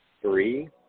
three